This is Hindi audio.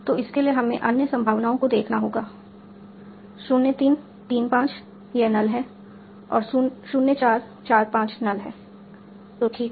तो इसके लिए हमें अन्य संभावनाओं को देखना होगा 03 35 यह null है और 04 45 null है तो ठीक है